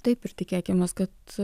taip ir tikėkimės kad